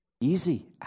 Easy